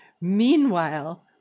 Meanwhile